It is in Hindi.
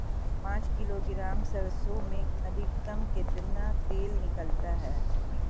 पाँच किलोग्राम सरसों में अधिकतम कितना तेल निकलता है?